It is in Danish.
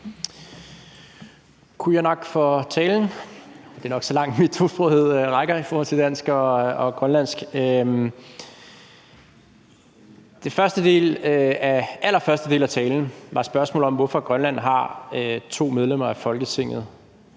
Qujanaq for talen. Det er nok så langt, mit tosprogede rækker i forhold til dansk og grønlandsk. Den allerførste del af talen var et spørgsmål om, hvorfor Grønland har to medlemmer af Folketinget